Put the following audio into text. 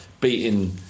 beating